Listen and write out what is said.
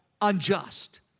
unjust